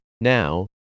Now